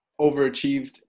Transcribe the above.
overachieved